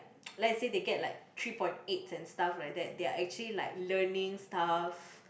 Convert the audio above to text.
let's say they get like three point eight and stuff like that they're actually like learning stuff